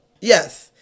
Yes